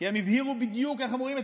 כי הם הבהירו בדיוק איך הם רואים את